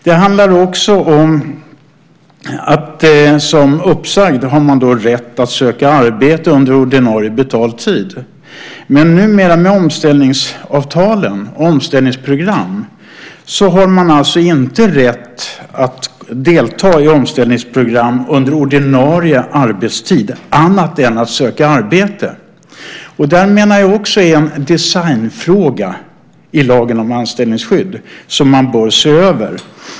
Det handlar också om att man som uppsagd har rätt att söka arbete under ordinarie betald tid. Men numera, med omställningsavtalen och omställningsprogram, har man inte rätt att delta i omställningsprogram under ordinarie arbetstid annat än att söka arbete. Det menar jag också är en designfråga i lagen om anställningsskydd som man bör se över.